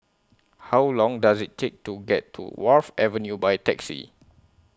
How Long Does IT Take to get to Wharf Avenue By Taxi